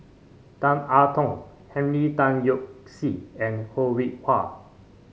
Tan I Tong Henry Tan Yoke See and Ho Rih Hwa